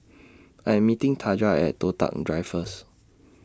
I Am meeting Taja At Toh Tuck Drive First